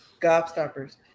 Gobstoppers